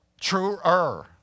truer